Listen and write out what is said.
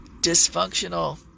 dysfunctional